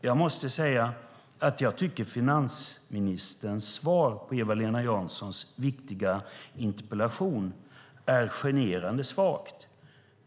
Jag måste säga att jag tycker att finansministerns svar på Eva-Lena Janssons viktiga interpellation är generande svagt.